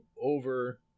over